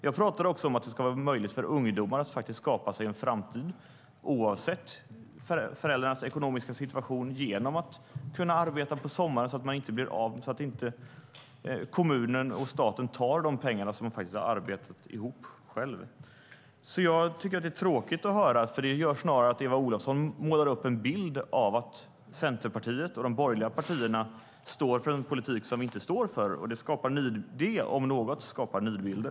Jag talade också om att det ska vara möjligt för ungdomar att skapa sig en framtid oavsett föräldrarnas ekonomiska situation genom att arbeta på sommaren, så att kommunen och staten inte tar de pengar som de själva har arbetat ihop. Detta är tråkigt att höra. Det gör snarare att Eva Olofsson målar upp en bild av att Centerpartiet och de andra borgerliga partierna står för en politik som vi inte står för. Det om något skapar nidbilder.